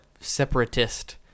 separatist